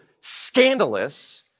scandalous